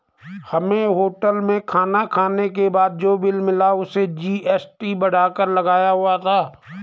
हमें होटल में खाना खाने के बाद जो बिल मिला उसमें जी.एस.टी बढ़ाकर लगाया हुआ था